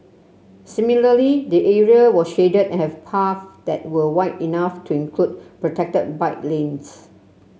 similarly the area was shaded and had paths that were wide enough to include protected bike lanes